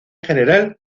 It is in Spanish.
general